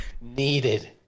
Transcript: Needed